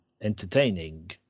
entertaining